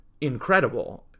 incredible